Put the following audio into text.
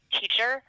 teacher